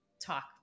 talk